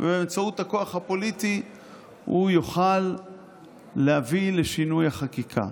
ובאמצעות הכוח הפוליטי הוא יוכל להביא לשינוי החקיקה.